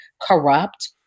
corrupt